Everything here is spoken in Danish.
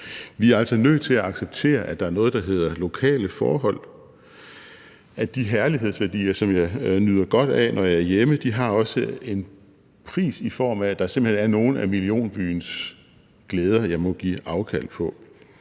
Vi er altså nødt til acceptere, at der er noget, der hedder lokale forhold, og at de herlighedsværdier, som jeg nyder godt af, når jeg er hjemme, også har en pris, i form af at der simpelt hen er nogle af millionbyens glæder, jeg må give afkald på.